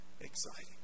exciting